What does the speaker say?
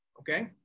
Okay